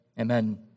Amen